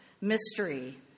mystery